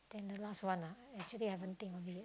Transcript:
than the last one ah actually I haven't think of it